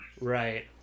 Right